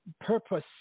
purpose